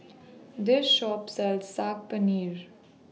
This Shop sells Saag Paneer